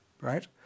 right